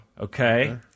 Okay